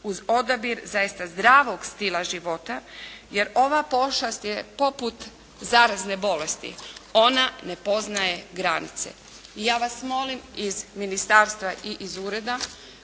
uz odabir zaista zdravog stila života jer ova pošast je poput zarazne bolesti. Ona ne poznaje granice. I ja vas molim iz ministarstva i iz ureda,